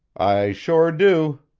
i sure do,